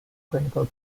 clinical